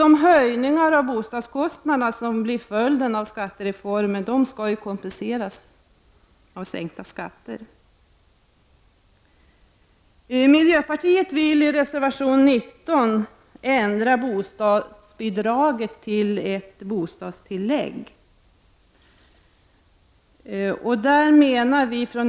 De höjningar av bostadskostnaderna som blir följden av skattereformen skall ju kompenseras genom sänkta skatter. Enligt reservation 19 vill miljöpartiet ändra bostadsbidraget till ett bastillägg.